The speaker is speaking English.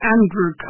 Andrew